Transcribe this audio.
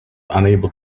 unable